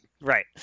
Right